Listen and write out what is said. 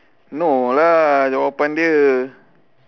no lah jawapan dia